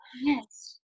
yes